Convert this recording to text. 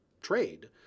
trade